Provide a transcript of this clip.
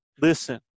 listen